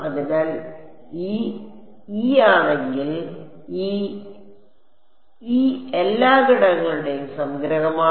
അതിനാൽ ഈ e ആണെങ്കിൽ ഈ e എല്ലാ ഘടകങ്ങളുടെയും സംഗ്രഹമാണ്